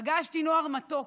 פגשתי נוער מתוק,